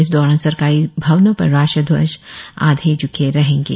इस दौरान सरकारी भवनों पर राष्ट्रीय ध्वज आधे झुके रहेंगे